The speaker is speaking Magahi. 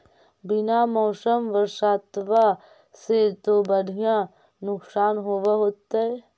बिन मौसम बरसतबा से तो बढ़िया नुक्सान होब होतै?